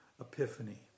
Epiphany